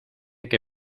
qué